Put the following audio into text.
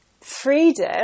Freedom